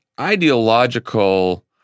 ideological